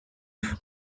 ifu